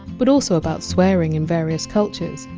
but also about swearing in various cultures,